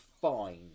fine